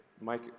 Mike